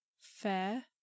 fair